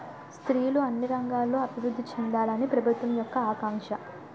స్త్రీలు అన్ని రంగాల్లో అభివృద్ధి చెందాలని ప్రభుత్వం యొక్క ఆకాంక్ష